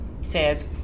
says